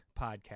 podcast